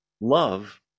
love